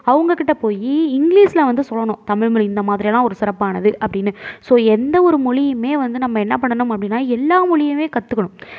அவங்கக்கிட்ட போய் இங்கிலீஷில் வந்து சொல்லணும் தமிழ் மொழி இந்த மாதிரியாலாம் ஒரு சிறப்பானது அப்படினு ஸோ எந்த ஒரு மொழியுமே வந்து நம்ம என்ன பண்ணணும் அப்படினா எல்லா மொழியுமே கற்றுக்கணும்